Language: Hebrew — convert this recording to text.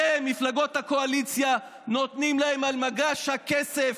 אתם, מפלגות הקואליציה, נותנים על מגש הכסף.